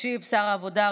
ישיב שר העבודה,